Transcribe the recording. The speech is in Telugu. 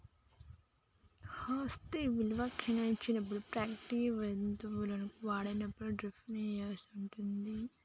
ఆస్తి విలువ క్షీణించినప్పుడు ఫ్యాక్టరీ వత్తువులను వాడినప్పుడు డిప్రిసియేషన్ ఉంటది